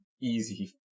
easy